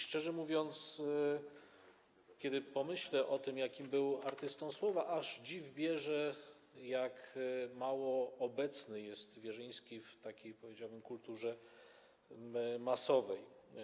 Szczerze mówiąc, kiedy pomyśli się o tym, jakim był artystą słowa, aż dziw bierze, jak mało obecny jest Wierzyński w takiej, powiedziałbym, kulturze masowej.